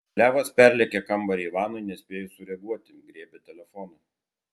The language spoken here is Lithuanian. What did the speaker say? levas perlėkė kambarį ivanui nespėjus sureaguoti griebė telefoną